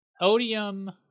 Odium